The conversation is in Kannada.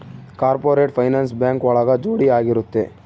ಕಾರ್ಪೊರೇಟ್ ಫೈನಾನ್ಸ್ ಬ್ಯಾಂಕ್ ಒಳಗ ಜೋಡಿ ಆಗಿರುತ್ತೆ